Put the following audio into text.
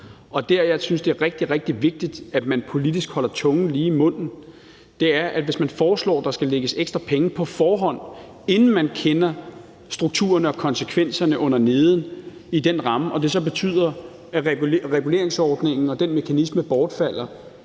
Og der, hvor jeg synes det er rigtig, rigtig vigtigt, at man politisk holder tungen lige i munden, er, at hvis man foreslår, at der skal lægges ekstra penge på forhånd – inden man kender strukturerne og konsekvenserne underneden i den ramme – og det så betyder, at reguleringsordningen og den mekanisme bortfalder,